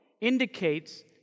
indicates